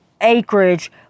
acreage